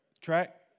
Track